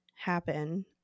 happen